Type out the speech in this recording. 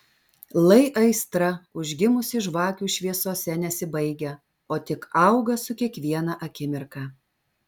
lai aistra užgimusi žvakių šviesose nesibaigia o tik auga su kiekviena akimirka